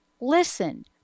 listen